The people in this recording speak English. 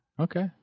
Okay